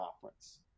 conference